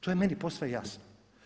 To je meni posve jasno.